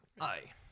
Aye